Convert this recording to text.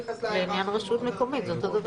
לעניין רשות מקומית זה אותו דבר.